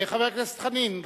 חבר הכנסת חנין,